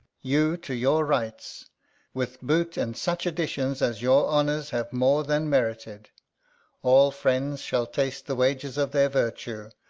you to your rights with boot, and such addition as your honours have more than merited all friends shall taste the wages of their virtue,